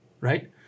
right